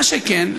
מה שכן,